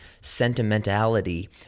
sentimentality